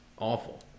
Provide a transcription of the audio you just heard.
awful